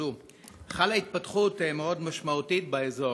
חלה התפתחות מאוד משמעותית באזור,